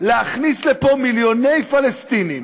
להכניס לפה מיליוני פלסטינים.